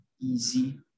easy